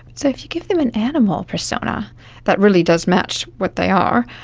so if you give them an animal persona that really does match what they are,